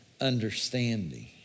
understanding